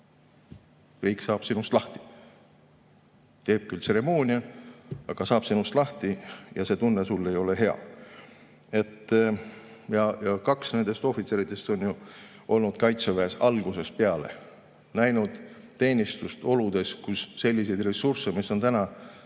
riik saab sinust lahti. Teeb küll tseremoonia, aga saab sinust lahti. Ja see tunne ei ole hea. Kaks nendest ohvitseridest on ju olnud Kaitseväes algusest peale, näinud teenistust oludes, kus selliseid ressursse, mis on täna,